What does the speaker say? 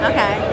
Okay